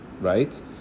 right